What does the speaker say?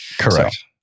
Correct